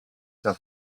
der